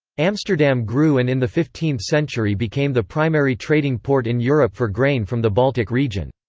amsterdam grew and in the fifteenth century became the primary trading port in europe for grain from the baltic region.